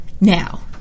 now